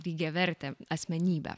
lygiavertę asmenybę